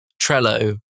Trello